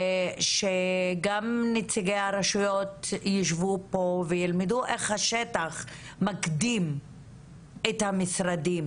שגם נציגי הרשויות ישבו פה וילמדו איך השטח מקדים את המשרדים,